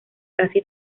casi